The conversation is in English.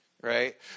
right